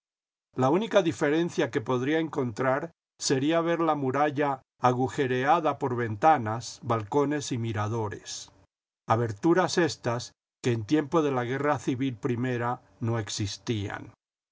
la única diferencia que podría encontrar sería ver la muralla agujereada por ventanas balcones y miradores aberturas éstas que en tiempo de la guerra civil primera no existían